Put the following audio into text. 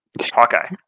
Hawkeye